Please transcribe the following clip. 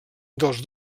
dels